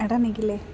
എടാ നിഖിലേ